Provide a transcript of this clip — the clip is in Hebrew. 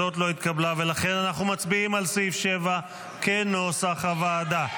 אנחנו מצביעים על סעיף 7 כנוסח הוועדה.